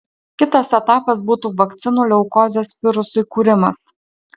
kitas etapas būtų vakcinų leukozės virusui kūrimas